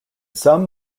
some